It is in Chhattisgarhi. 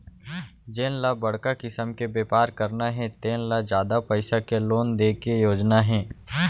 जेन ल बड़का किसम के बेपार करना हे तेन ल जादा पइसा के लोन दे के योजना हे